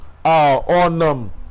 On